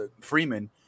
Freeman